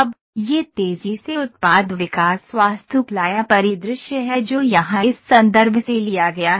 अब यह तेजी से उत्पाद विकास वास्तुकला या परिदृश्य है जो यहां इस संदर्भ से लिया गया है